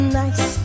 nice